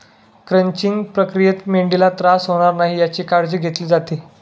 crunching प्रक्रियेत मेंढीला त्रास होणार नाही याची काळजी घेतली जाते